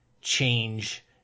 change